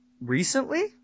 recently